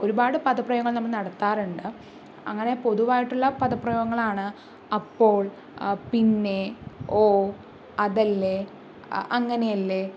ഒരുപാട് പദപ്രയോഗങ്ങള് നമ്മള് നടത്താറുണ്ട് അങ്ങനെ പൊതുവായിട്ടുള്ള പദപ്രയോഗങ്ങളാണ് അപ്പോള് പിന്നെ ഓ അതല്ലേ അങ്ങനെയല്ലേ